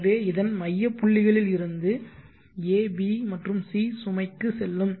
எனவே இதன் மைய புள்ளிகளில் இருந்து a b மற்றும் c சுமைக்குச் செல்லும்